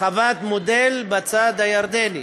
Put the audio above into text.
חוות מודל בצד הירדני.